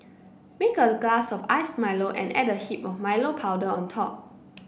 make a glass of iced Milo and add a heap of Milo powder on top